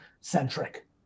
centric